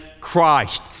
Christ